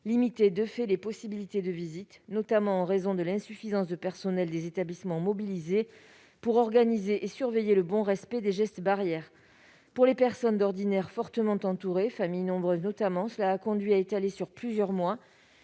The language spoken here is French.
limitait de fait les possibilités de visites, notamment en raison de l'insuffisance de personnels des établissements mobilisés pour organiser et surveiller le bon respect des gestes barrières. Pour les personnes d'ordinaire fortement entourées, notamment celles dont la famille est nombreuse, cela a conduit à étaler sur plusieurs mois